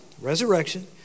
resurrection